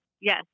yes